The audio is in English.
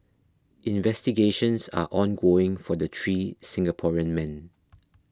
investigations are ongoing for the three Singaporean men